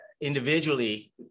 individually